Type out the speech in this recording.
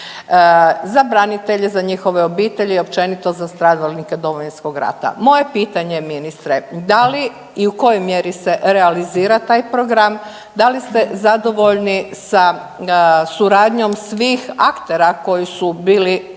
za branitelje, za njihove obitelji i općenito za stradalnike Domovinskog rata. Moje pitanje je ministre, da li i u kojoj mjeri se realizira taj program, da li ste zadovoljni sa suradnjom svih aktera koji su bili